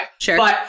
Sure